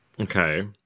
Okay